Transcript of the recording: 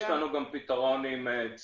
יש לנו גם פתרון עם צמידים.